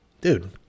dude